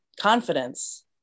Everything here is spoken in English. confidence